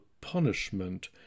punishment